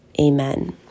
Amen